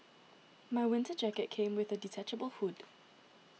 my winter jacket came with a detachable hood